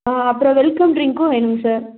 அப்புறம் வெல்கம் ட்ரிங்கும் வேணுமுங்க சார்